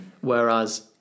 Whereas